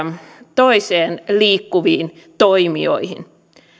toiseen liikkuviin toimijoihin